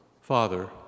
Father